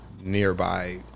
nearby